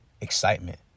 excitement